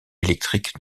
électriques